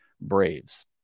Braves